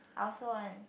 I also want